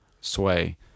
sway